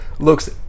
Looks